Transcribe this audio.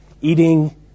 eating